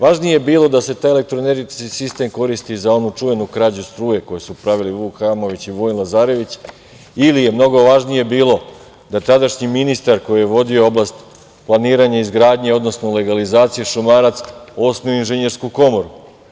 Važnije je bilo da se taj elektroenergetski sistem koristi za onu čuvenu krađu struje koje su pravili Vuk Hamović i Vojin Lazarević, ili je mnogo važnije bilo da tadašnji ministar koji je vodio oblast planiranje izgradnje, odnosno legalizacije Šumarac, osnuje Inženjersku komoru.